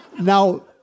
Now